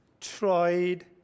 tried